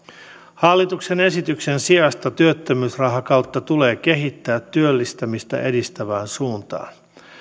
hallituksen esityksen sijasta työttömyysrahakautta tulee kehittää työllistymistä edistävään suuntaan